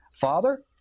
Father